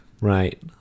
Right